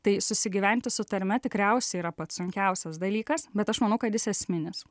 tai susigyventi su tarme tikriausiai yra pats sunkiausias dalykas bet aš manau kad jis esminis